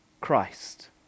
Christ